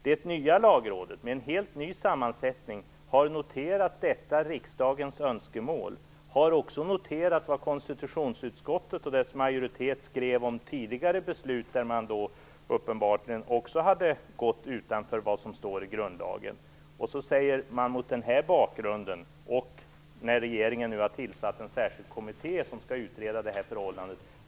Det nya Lagrådet, med en helt ny sammansättning, har noterat detta riksdagens önskemål och även vad konstitutionsutskottet och dess majoritet skrev om ett tidigare beslut där man uppenbarligen också hade gått utanför vad som står i grundlagen. Nu har regeringen tillsatt en särskild kommitté som skall utreda det här förhållandet.